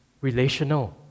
relational